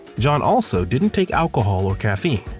john also didn't take alcohol or caffeine.